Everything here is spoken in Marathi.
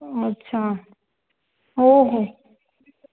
अच्छा हो हो